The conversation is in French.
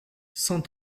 cent